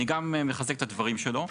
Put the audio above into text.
אני גם מחזק את הדברים שלו.